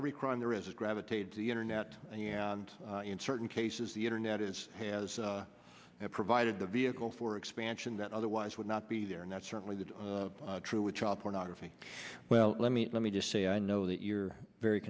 every crime there is gravitated to the internet and in certain cases the internet is has provided the vehicle for expansion that otherwise would not be there and that's certainly true with child pornography well let me let me just say i know that you're very